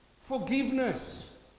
forgiveness